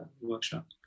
workshop